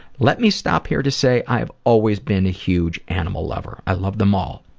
let me stop here to say i have always been a huge animal lover. i love them all.